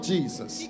Jesus